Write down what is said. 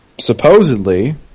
supposedly